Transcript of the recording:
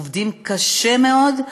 עובדים קשה מאוד,